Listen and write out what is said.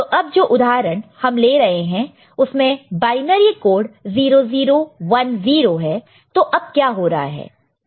तो अब जो उदाहरण हम ले रहे हैं उसमें बायनरी कोड 0 0 1 0 है तो अब क्या हो रहा है